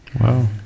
wow